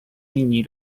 linii